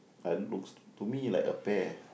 uh looks to me like a pear